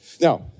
now